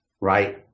right